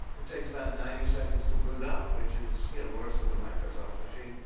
it takes about ninety seconds to boot up which is, you know, worse than the microsoft machine.